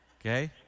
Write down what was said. Okay